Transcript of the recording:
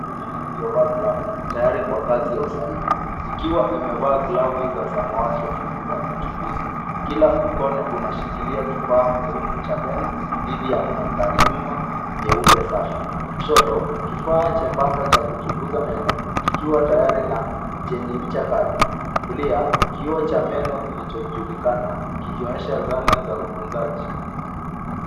Mikono miwili iliyovaa glavu, tayari kwa kazi ya usahi, ikiwa imevaa glavu za samawati ya vifu ya uchunguzi. Kila mkono unashikilia kifaa muhimu cha meno, dhidi ya mandhari nyuma nyeupe safi. Kushoto, kifaa chembamba cha kuchunguza meno, kikiwa tayari na chenye ncha kali. Kulia kioo cha meno kilichojulikana, kikionyesha zana za utunzaji.